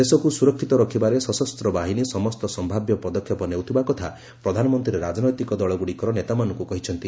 ଦେଶକୁ ସୁରକ୍ଷିତ ରଖିବାରେ ସଶସ୍ତବାହିନୀ ସମସ୍ତ ସମ୍ଭାବ୍ୟ ପଦକ୍ଷେପ ନେଉଥିବା କଥା ପ୍ରଧାନମନ୍ତ୍ରୀ ରାଜନୈତିକ ଦଳଗୁଡ଼ିକର ନେତାମାନଙ୍କୁ କହିଛନ୍ତି